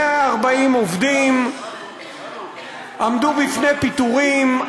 140 עובדים עמדו בפני פיטורים,